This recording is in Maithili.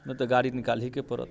मे तऽ गाड़ी निकालहीके पड़त